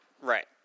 right